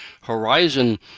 horizon